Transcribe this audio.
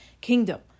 kingdom